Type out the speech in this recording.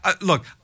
look